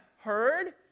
heard